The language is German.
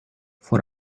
vor